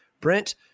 Brent